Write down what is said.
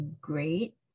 great